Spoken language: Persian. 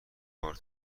بار